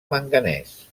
manganès